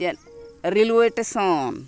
ᱪᱮᱫ railway station